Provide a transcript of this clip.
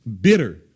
bitter